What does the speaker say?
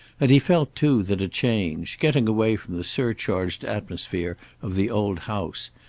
and he felt, too, that a change, getting away from the surcharged atmosphere of the old house,